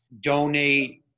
donate